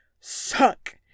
suck